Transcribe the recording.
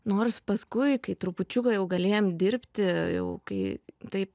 nors paskui kai trupučiuką jau galėjom dirbti jau kai taip